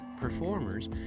performers